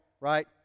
right